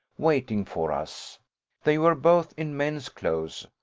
waiting for us they were both in men's clothes.